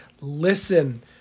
Listen